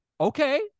okay